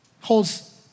Holds